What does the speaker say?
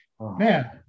man